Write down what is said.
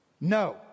No